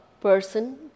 person